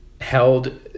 held